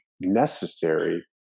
necessary